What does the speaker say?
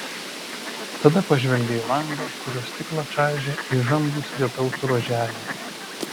tada pažvelgė į langą kurio stiklą čaižė įžambūs lietaus ruoželiai